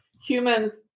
humans